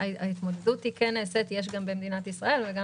ההתמודדות נעשית יש גם במדינת ישראל וגם